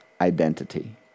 identity